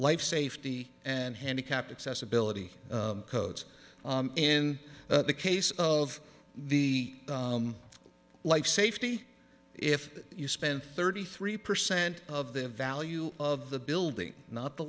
life safety and handicapped accessibility codes in the case of the life safety if you spend thirty three percent of the value of the building not the